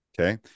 okay